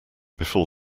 before